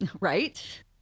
Right